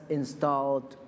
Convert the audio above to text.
installed